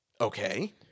Okay